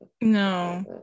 No